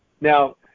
Now